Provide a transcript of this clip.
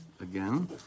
again